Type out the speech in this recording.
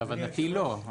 --- להבנתי לא.